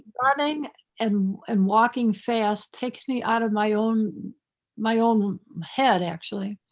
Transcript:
running and and walking fast takes me out of my own my own head actually,